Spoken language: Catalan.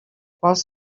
quals